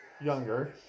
Younger